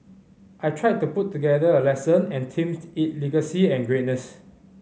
I tried to put together a lesson and themed it legacy and greatness